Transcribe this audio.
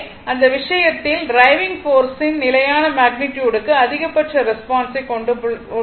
எனவே அந்த விஷயத்தில் ட்ரைவிங் போர்ஸின் நிலையான மேக்னிட்யுடுக்கு அதிகபட்ச ரெஸ்பான்ஸை கொண்டுள்ளது